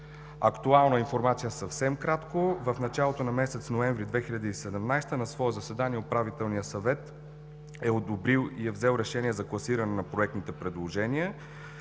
Актуална информация, съвсем накратко: в началото на месец ноември 2017 г. на свое заседание управителният съвет е одобрил и е взел решение за класиране на проектните предложения,